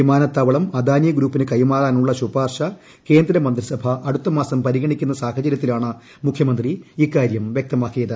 വിമാനത്താവളം അദാനി ഗ്രൂപ്പിന് കൈമാറാനുള്ള ശുപാർശ കേന്ദ്രമന്ത്രി സഭ അടുത്തമാസം പരിഗണിക്കുന്ന സാഹചര്യത്തിലാണ് മുഖ്യമന്ത്രി ഇക്കാര്യം വ്യക്തമാക്കിയത്